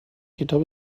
کتاب